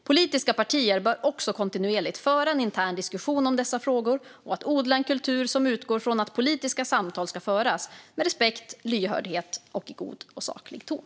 Politiska partier bör också kontinuerligt föra en intern diskussion om dessa frågor och odla en kultur som utgår från att politiska samtal ska föras med respekt, lyhördhet och i god och saklig ton.